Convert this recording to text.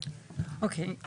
אוקיי,